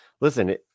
listen